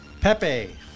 Pepe